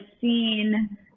seen